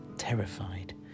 Terrified